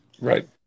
right